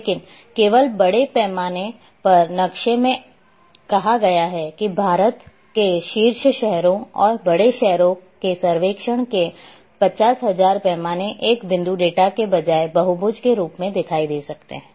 लेकिन केवल बड़े पैमाने पर नक्शे में कहा गया है कि भारत के शीर्ष शहरों और बड़े शहरों के सर्वेक्षण के 50000 पैमाने एक बिंदु डेटा के बजाय बहुभुज के रूप में दिखाई दे सकते हैं